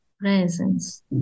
presence